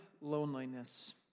loneliness